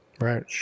right